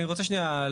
אני רוצה שנייה,